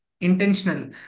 intentional